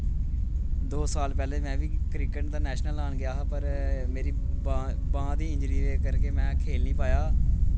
दो साल पैह्लें मैं बी क्रिकेट दा नैशनल लान गेआ हा पर मेरी बांह् बांह् दी इंजरी दे करियै मैं खेल निं पाया